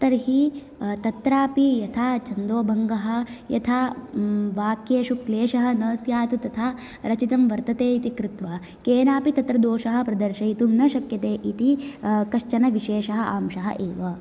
तर्हि तत्रापि यथा छन्दोभङ्गः यथा वाक्येषु क्लेशः न स्यात् तथा रचितं वर्तते इति कृत्वा केनापि तत्र दोषः प्रदर्शयितुं न शक्यते इति कश्चन विषेशः अंशः एव